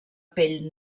pell